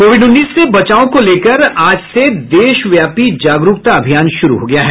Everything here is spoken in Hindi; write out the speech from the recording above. कोविड उन्नीस से बचाव को लेकर आज से देशव्यापी जागरूकता अभियान शुरू हो गया है